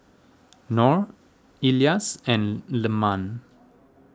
Nor Elyas and Leman